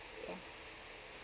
yeah